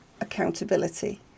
accountability